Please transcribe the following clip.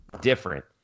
different